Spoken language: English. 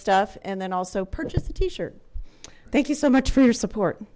stuff and then also purchase a t shirt thank you so much for your support